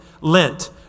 Lent